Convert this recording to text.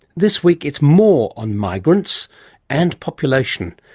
this week it's more on migrants and population.